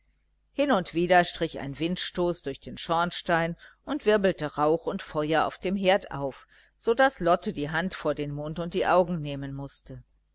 hin und wieder strich ein windstoß durch den schornstein und wirbelte rauch und feuer auf dem herd auf so daß lotte die hand vor den mund und die augen nehmen mußte